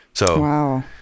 Wow